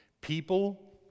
People